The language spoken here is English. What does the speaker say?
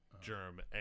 Germ